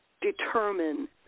determine